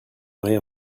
rien